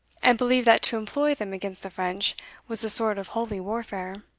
and believed that to employ them against the french was a sort of holy warfare.